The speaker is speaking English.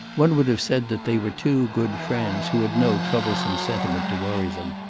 one would have said that they were two good friends who had no troublesome sentiment to worry them.